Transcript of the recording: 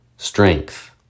strength